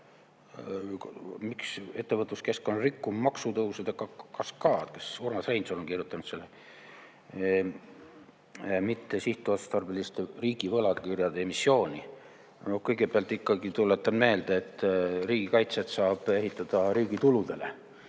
ettevõtluskeskkonda rikkuvat maksutõusude kaskaadi – kas Urmas Reinsalu on kirjutanud selle? –, mitte sihtotstarbelist riigi võlakirjade emissiooni? Kõigepealt ikkagi tuletan meelde, et riigikaitset saab ehitada riigi tuludele,